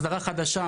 הסדרה חדשה,